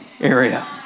area